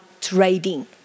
trading